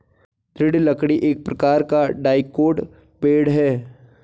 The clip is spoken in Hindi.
दृढ़ लकड़ी एक प्रकार का डाइकोट पेड़ है